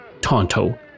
Tonto